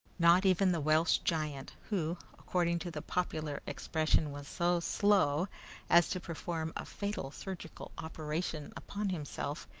not even the welsh giant, who, according to the popular expression, was so slow as to perform a fatal surgical operation upon himself,